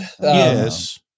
Yes